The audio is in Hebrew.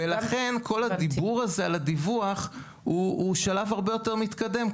ולכן כל הדיבור הזה על הדיווח הוא שלב הרבה יותר מתקדם.